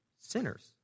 sinners